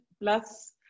plus